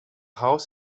house